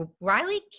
Riley